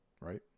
Right